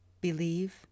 believe